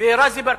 ורזי ברקאי,